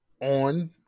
on